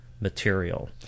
material